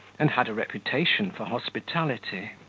and had a reputation for hospitality.